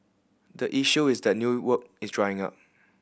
the issue is that new work is drying up